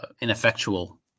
ineffectual